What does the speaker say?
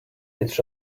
each